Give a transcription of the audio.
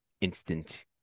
instant